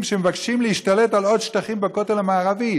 שמבקשים להשתלט על עוד שטחים בכותל המערבי.